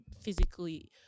physically